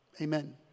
Amen